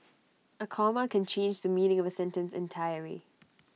A comma can change the meaning of A sentence entirely